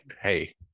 hey